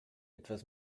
etwas